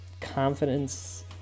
confidence